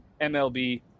MLB